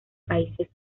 países